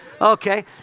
Okay